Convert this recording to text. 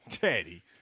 Daddy